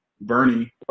Bernie